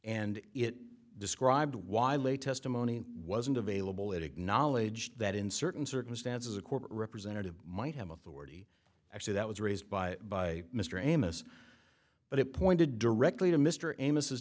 and it described while a testimony wasn't available it acknowledged that in certain circumstances a court representative might have authority actually that was raised by by mr amos but it pointed directly to mr amos